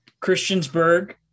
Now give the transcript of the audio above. christiansburg